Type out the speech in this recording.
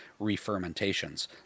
refermentations